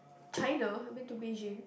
China I've been to Beijing